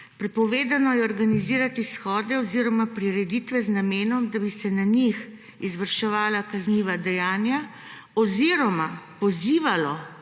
prepovedano je organizirati shode oziroma prireditve z namenom, da bi se na njih izvrševala kazniva dejanja oziroma pozivalo